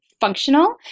functional